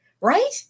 Right